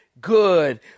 good